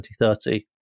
2030